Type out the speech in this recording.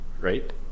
right